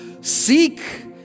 Seek